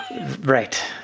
Right